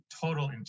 total